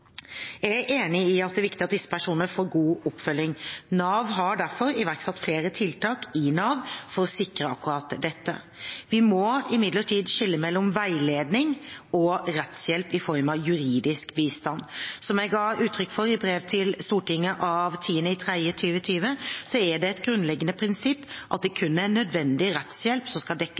Jeg er enig i at det er viktig at disse personene får god oppfølging. Nav har derfor iverksatt flere tiltak i Nav for å sikre akkurat dette. Vi må imidlertid skille mellom veiledning og rettshjelp i form av juridisk bistand. Som jeg ga uttrykk for i brev til Stortinget av 10. mars 2020, er det et grunnleggende prinsipp at det kun er nødvendig rettshjelp som skal dekkes